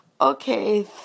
Okay